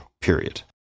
period